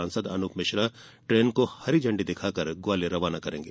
सासंद अनूप मिश्रा ट्रेन को हरी झंडी दिखाकर ग्वालियर रवाना करेंगे